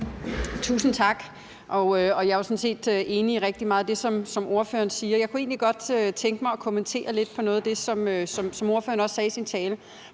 Tusind tak. Jeg er sådan set enig i rigtig meget af det, som ordføreren siger. Jeg kunne godt tænke mig at kommentere lidt på noget af det, som ordføreren også sagde i sin tale,